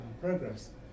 progress